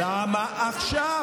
למה עכשיו?